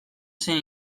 zen